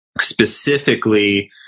specifically